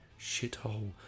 shithole